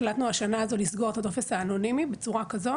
החלטנו השנה לסגור את הטופס האנונימי בצורה כזאת